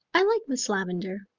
i like miss lavendar,